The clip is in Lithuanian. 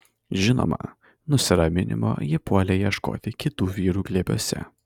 žinoma nusiraminimo ji puolė ieškoti kitų vyrų glėbiuose